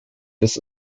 this